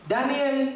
Daniel